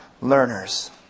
learners